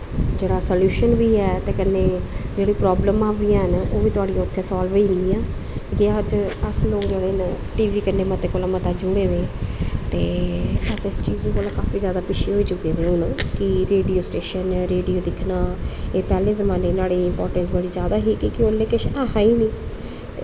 जेह्ड़ा सलूशन बी ऐ ते कन्नै जेह्ड़ियां प्राब्लमां बी हैन तोआड़ियां सालव होई जंदियां के अज्ज अस लोग जेह्ड़े न टी वी कन्नै मता कोला मता जुड़े दे ते अस इस चीज कोला काफी पिच्छें होई चुके दे अजकल्ल कि रेडियो स्टेशन रेडियो दिक्खना एह् पैह्ले जमाने नहाड़ी इंपार्टैंट बड़ी जादा ही कि उसलै कुछ ऐहा गै निं